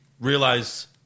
realize